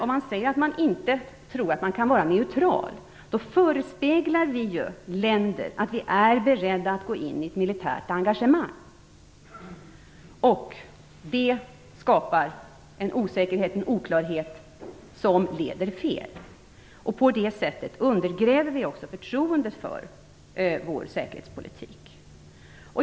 Om vi säger att vi inte tror att vi kan vara neutrala, förespeglar vi ju länder att vi är beredda att gå in i ett militärt engagemang. Det skapar en oklarhet som leder fel, och på det sättet undergräver vi också förtroendet för vår säkerhetspolitik.